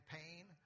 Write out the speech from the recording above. pain